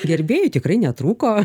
gerbėjų tikrai netrūko